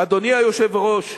אדוני היושב-ראש,